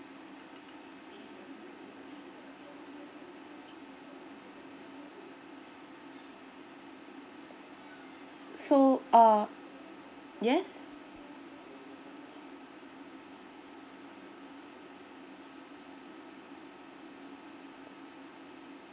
so uh yes